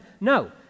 No